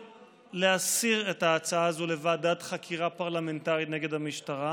להסיר את ההצעה הזאת לוועדת חקירה פרלמנטרית נגד המשטרה,